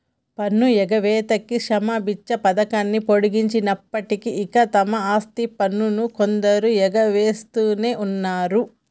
పన్ను ఎగవేతకి క్షమబిచ్చ పథకాన్ని పొడిగించినప్పటికీ ఇంకా తమ ఆస్తి పన్నును కొందరు ఎగవేస్తునే ఉన్నరు